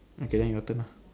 okay then your turn ah